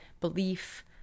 belief